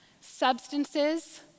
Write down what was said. substances